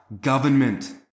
government